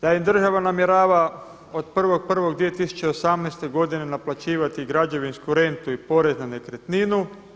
Da im država namjerava od 1.1.2018. godine naplaćivati građevinsku rentu i porez na nekretninu.